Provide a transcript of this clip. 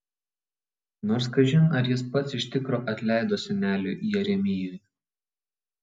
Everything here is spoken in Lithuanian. nors kažin ar jis pats iš tikro atleido seneliui jeremijui